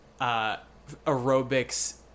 aerobics